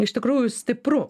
iš tikrųjų stipru